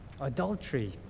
adultery